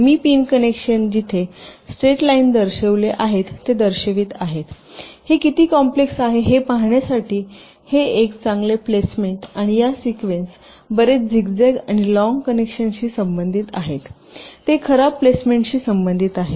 मी pin connection जिथे straight line दर्शविले आहेत ते दर्शवित आहे हे किती कॉम्प्लेक्स आहे हे पाहण्यासाठी हे एक चांगले प्लेसमेंट आणि या सिक्वेन्स बरेच झिगझॅग आणि लॉन्ग कनेक्शनशी संबंधित आहे हे खराब प्लेसमेंटशी संबंधित आहे